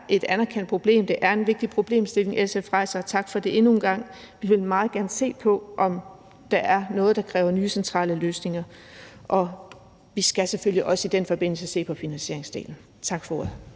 et anerkendt problem, det er en vigtig problemstilling, SF rejser – og tak for det endnu en gang. Vi vil meget gerne se på, om der er noget, der kræver nye centrale løsninger, og vi skal selvfølgelig også i den forbindelse se på finansieringsdelen. Tak for ordet.